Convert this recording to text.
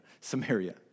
Samaria